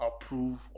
approve